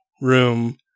room